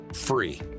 free